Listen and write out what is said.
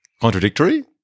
contradictory